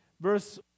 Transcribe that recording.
Verse